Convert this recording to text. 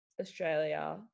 Australia